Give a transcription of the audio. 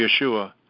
Yeshua